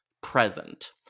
present